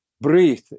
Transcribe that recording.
breathe